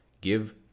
give